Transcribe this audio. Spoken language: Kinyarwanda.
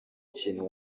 kintu